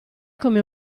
come